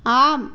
ஆம்